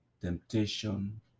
temptation